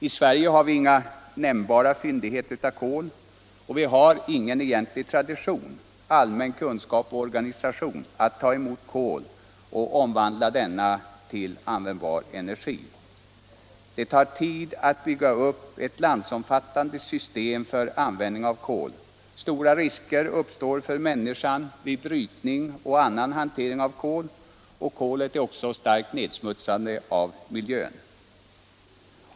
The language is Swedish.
I Sverige har vi inga nämnbara fyndigheter av kol, och vi har ingen egentlig tradition, allmän kunskap och organisation att ta emot kol och omvandla detta till användbar energi. Det tar tid att bygga upp ett landsomfattande system för användning av kol, stora risker uppstår för människan vid brytning och annan hantering av kol och kolet är starkt nedsmutsande av miljön.